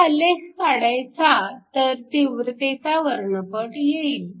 हा आलेख काढायचा तर तीव्रतेचा वर्णपट येईल